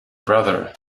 brother